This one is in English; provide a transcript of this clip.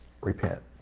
repent